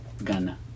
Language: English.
gana